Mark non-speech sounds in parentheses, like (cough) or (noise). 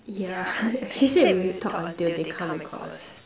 yeah (laughs) she said we talk until they come and call us